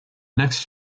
next